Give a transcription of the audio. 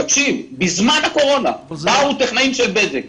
בזמן הקורונה באו טכנאים של בזק,